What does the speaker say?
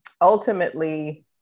ultimately